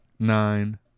Nine